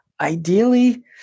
ideally